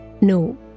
No